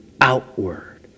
outward